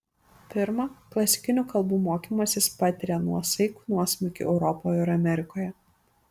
pirma klasikinių kalbų mokymasis patiria nuosaikų nuosmukį europoje ir amerikoje